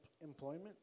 employment